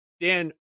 dan